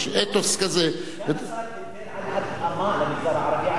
יש אתוס כזה, סגן השר דיבר על מה במגזר הערבי?